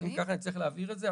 אז אם ככה, נצטרך להבהיר את זה.